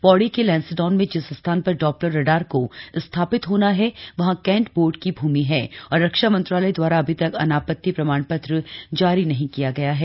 पौड़ी के लैंसडाउन में जिस स्थान पर डॉप्लर रडार को स्थापित होना है वहां कैंट बोर्ड की भूमि है और रक्षा मंत्रालय द्वारा अभी तक अनापत्ति प्रमाण पत्र जारी नहीं किया गया है